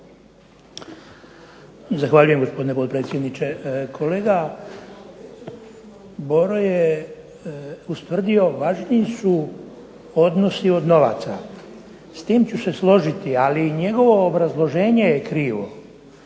Zahvaljujem, gospodine potpredsjedniče. Kolega Boro je ustvrdio važniji su odnosi od novaca. S tim ću se složiti, ali njegovo obrazloženje je krivo.